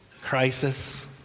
crisis